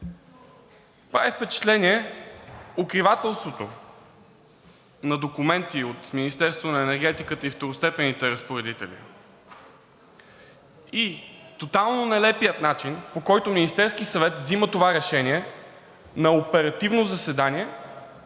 Прави впечатление укривателството на документи от Министерството на енергетиката и второстепенните разпоредители и тотално нелепият начин, по който Министерският съвет взима това решение на оперативно заседание